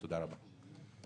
תודה רבה.